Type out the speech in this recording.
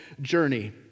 journey